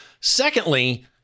Secondly